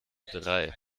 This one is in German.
drei